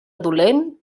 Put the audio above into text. dolent